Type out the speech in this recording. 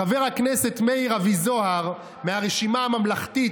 חבר הכנסת מאיר אביזוהר מהרשימה הממלכתית,